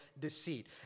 deceit